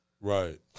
right